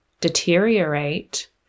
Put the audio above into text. deteriorate